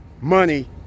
Money